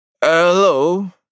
Hello